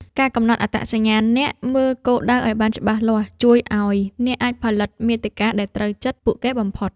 ការកំណត់អត្តសញ្ញាណអ្នកមើលគោលដៅឱ្យបានច្បាស់លាស់ ជួយឱ្យអ្នកអាចផលិតមាតិកាដែលត្រូវចិត្តពួកគេបំផុត។